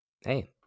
Hey